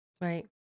Right